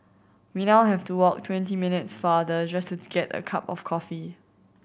we now have to walk twenty minutes farther just to get a cup of coffee